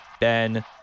Ben